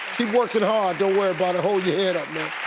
keep working hard, don't worry about it hold your head up man.